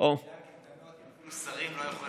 מה יגידו מפעילי הקייטנות אם אפילו השרים לא יכולים,